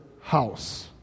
house